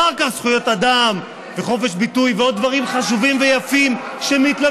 אלא מה לעשות שדמוקרטיה שזה לא שהמיעוט שולט ברוב.